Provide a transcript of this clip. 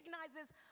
recognizes